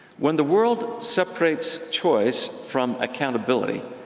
when the world separates choice from accountability,